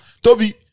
Toby